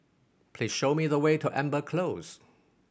please show me the way to Amber Close